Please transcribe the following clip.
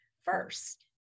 first